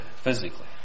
physically